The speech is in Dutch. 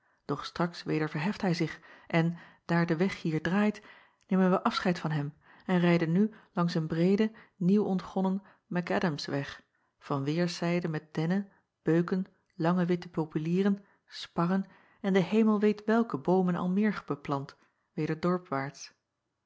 doch straks weder verheft hij zich en daar de weg hier draait nemen wij afscheid van hem en rijden nu langs een breeden nieuw ontgonnen mac adamsweg van weêrszijden met dennen beuken lange witte populieren sparren en de hemel weet welke boomen al meer beplant weder